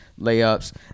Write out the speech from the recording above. layups